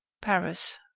paris.